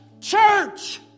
church